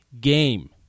game